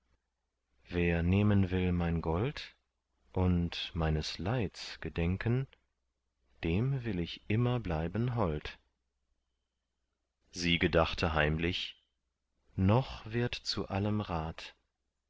wer nehmen will mein gold und meines leids gedenken dem will ich immer bleiben hold sie gedachte heimlich noch wird zu allem rat